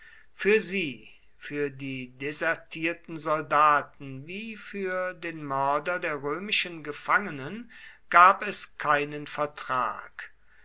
für sie für die desertierten soldaten wie für den mörder der römischen gefangenen gab es keinen vertrag